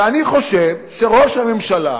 ואני חושב שראש הממשלה